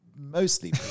mostly